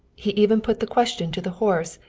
he even put the question to the horse,